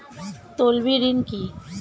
তলবি ঋন কি?